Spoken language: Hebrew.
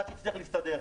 אחד שהצליח להסתדר,